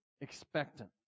expectant